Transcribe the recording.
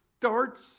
starts